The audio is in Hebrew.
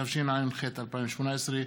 התשע"ח 2018,